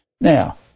now